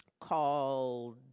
called